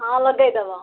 ହଁ ଲଗେଇଦେବ